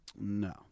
No